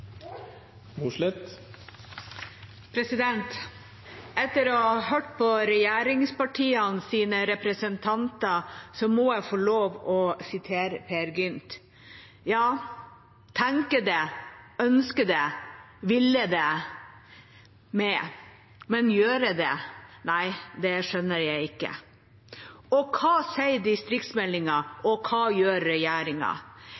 Etter å ha hørt på regjeringspartienes representanter må jeg få lov til å sitere Peer Gynt: «Ja, tenke det; ønske det; ville det med; – men gjøre det! Nei, det skjønner jeg ikke.» Hva sier distriktsmeldinga,